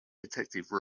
detective